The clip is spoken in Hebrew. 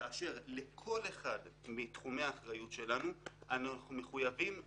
כאשר לכל אחד מתחומי האחריות שלנו אנחנו מחויבים בדין.